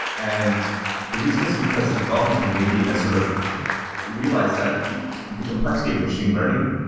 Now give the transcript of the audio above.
and the reason is because the development community has sort of realized that the complexity of machine learning,